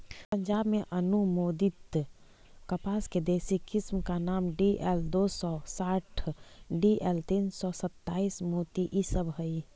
पंजाब में अनुमोदित कपास के देशी किस्म का नाम डी.एल दो सौ साठ डी.एल तीन सौ सत्ताईस, मोती इ सब हई